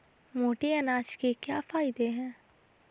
मोटे अनाज के क्या क्या फायदे हैं?